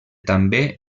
també